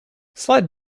sled